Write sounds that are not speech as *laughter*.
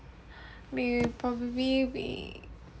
*breath* will probably we